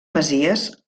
masies